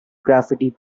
graffiti